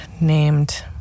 named